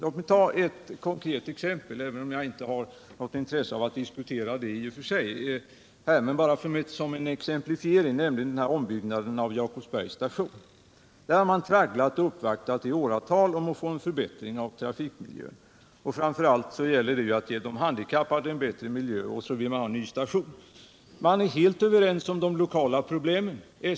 Låt mig ta ett konkret exempel — även om jag inte har något intresse av att diskutera det i och för sig, utan bara tar upp det som en exemplifiering — nämligen ombyggnaden av Jakobsbergs station. Där har man tragglat med det ärendet i åratal och gjort uppvaktningar för att få en förbättring av trafikmiljön. Det gäller framför allt att ge de handikappade en bättre miljö, och vidare vill man också ha en ny station.